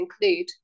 include